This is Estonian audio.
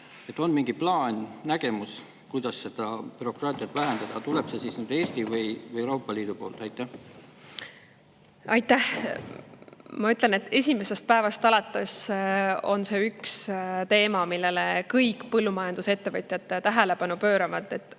Kas on mingi plaan, nägemus, kuidas bürokraatiat vähendada, tuleb see siis Eesti või Euroopa Liidu poolt? Aitäh! Ma ütlen, et esimesest päevast alates on see olnud üks teema, millele kõik põllumajandusettevõtjad on tähelepanu pööranud.